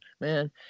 Man